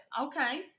Okay